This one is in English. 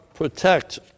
protect